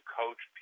coach